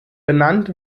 benannt